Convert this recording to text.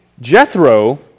Jethro